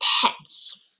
pets